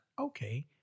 okay